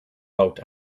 boat